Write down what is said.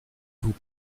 vous